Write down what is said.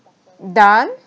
done